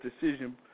decision